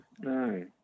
no